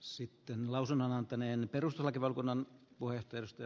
sitten lausunnon antaneen perustuslakivaliokunnan hylätä